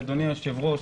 אדוני היושב-ראש,